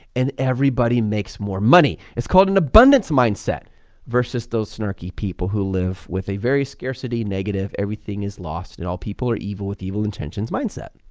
and everybody makes more money. it's called an abundance mindset versus those snarky people who live with a very scarcity negative everything is lost and all people are evil with evil intentions mindset.